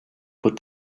put